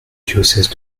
diocèse